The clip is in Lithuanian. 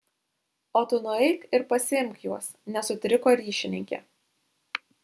o tu nueik ir pasiimk juos nesutriko ryšininkė